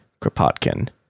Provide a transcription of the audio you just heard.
Kropotkin